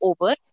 over